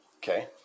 okay